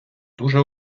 дуже